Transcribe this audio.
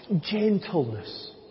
gentleness